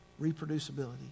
reproducibility